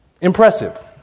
Impressive